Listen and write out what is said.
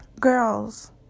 girls